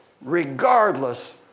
regardless